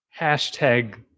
hashtag